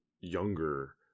younger